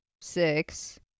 six